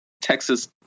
texas